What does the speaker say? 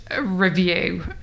review